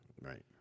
Right